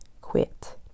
quit